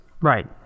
Right